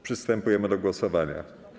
Przystępujemy do głosowania.